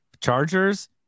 chargers